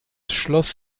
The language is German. schloss